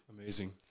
Amazing